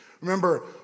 Remember